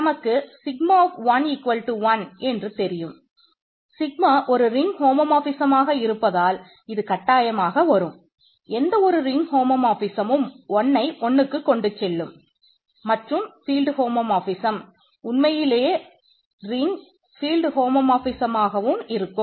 நமக்கு சிக்மா இருக்கும்